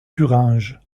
thuringe